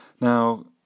Now